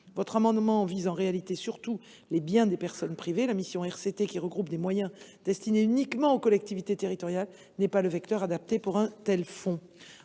Votre amendement vise surtout les biens des personnes privées. La mission « RCT », qui regroupe des moyens destinés aux collectivités territoriales, n’est pas le vecteur adapté pour un tel fonds.